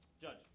judge